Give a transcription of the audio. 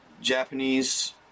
Japanese